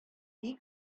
бик